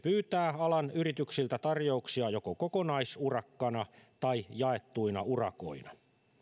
pyytää alan yrityksiltä tarjouksia joko kokonaisurakkana tai jaettuina urakoina